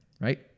right